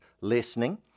listening